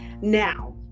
now